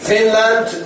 Finland